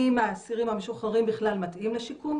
מי מהאסירים המשוחררים בכלל מתאים לשיקום,